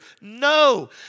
No